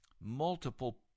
multiple